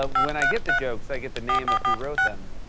ah when i get the jokes, i get the name of who wrote them.